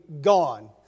gone